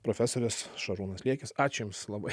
profesorius šarūnas liekis ačiū jums labai